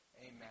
Amen